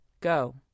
Go